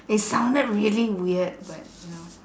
it sounded really weird but you know